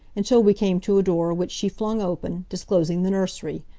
until we came to a door which she flung open, disclosing the nursery.